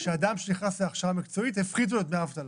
שאדם שנכנס להכשרה מקצועית - הפחיתו לו את דמי האבטלה.